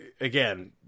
again